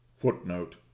Footnote